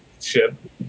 ship